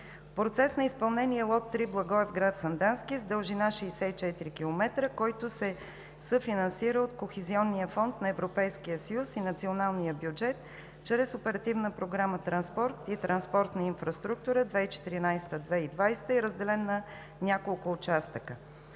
процес на изпълнение е лот 3 „Благоевград – Сандански“ с дължина 64 км, който се съфинансира от Кохезионния фонд на Европейския съюз и националния бюджет чрез Оперативна програма „Транспорт и транспортна инфраструктура 2014 – 2020“ и е разделен на няколко участъка: